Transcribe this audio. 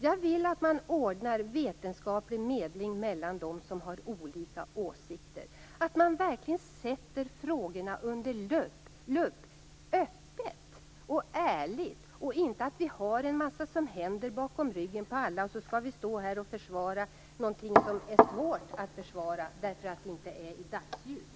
Jag vill att man ordnar med vetenskaplig medling mellan dem som har olika åsikter, så att man verkligen sätter frågorna under lupp på ett öppet och ärligt sätt och så att det inte händer en massa bakom ryggen på folk och att vi sedan skall stå här och försvara något som är svårt att försvara därför att det inte är i dagsljus.